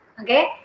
Okay